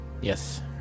Yes